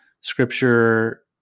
scripture